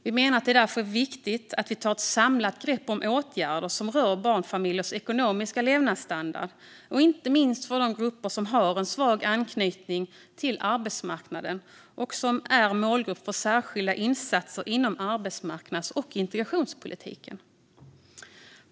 Vi menar att det därför är viktigt att ta ett samlat grepp om åtgärder som rör barnfamiljers ekonomiska levnadsstandard, inte minst för de grupper som har en svag anknytning till arbetsmarknaden och som är målgrupper för särskilda insatser inom arbetsmarknads och integrationspolitiken.